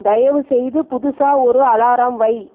தயவு செய்து புதுசாக ஒரு அலாரம் வை